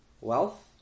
wealth